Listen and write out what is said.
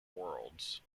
worlds